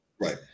right